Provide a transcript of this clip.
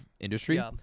industry